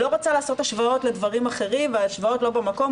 אני לא רוצה לעשות השוואות לדברים אחרים והשוואות לא במקום,